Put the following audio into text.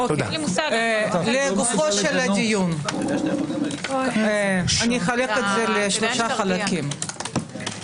לגופו של הדיון, אחלק לשלושה חלקים.